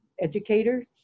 educators